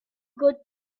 good